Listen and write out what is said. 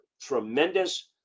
tremendous